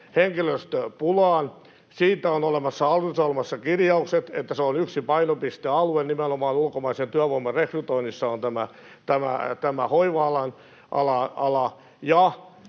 henkilöstöpulaan. Siitä on olemassa hallitusohjelmassa kirjaukset, että yksi painopistealue nimenomaan ulkomaisen työvoiman rekrytoinnissa on tämä hoiva-ala.